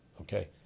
Okay